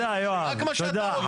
רק מה שאתה רוצה.